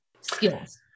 skills